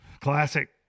Classic